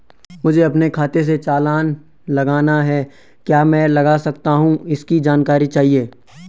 मुझे अपने खाते से चालान लगाना है क्या मैं लगा सकता हूँ इसकी जानकारी चाहिए?